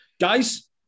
Guys